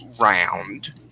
round